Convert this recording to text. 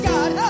God